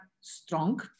strong